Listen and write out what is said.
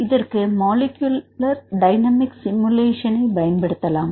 இதற்கு molecular dynamic சிமுலேஷன்ஐ பயன்படுத்தலாம்